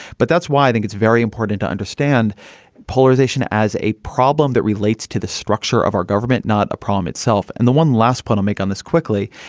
but that's why i think it's very important to understand polarization as a problem that relates to the structure of our government, not a problem itself. and the one last point i'll make on this quickly,